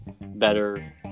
better